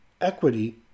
equity